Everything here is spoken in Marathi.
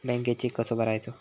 बँकेत चेक कसो भरायचो?